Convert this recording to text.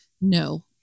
no